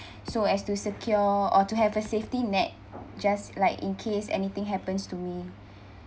so as to secure or to have a safety net just like in case anything happens to me